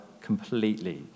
completely